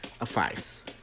advice